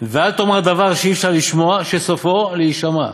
ואל תאמר דבר שאי-אפשר לשמוע, שסופו להישמע,